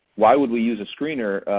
why would we use a screener?